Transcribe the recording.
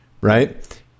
right